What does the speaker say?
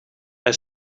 hij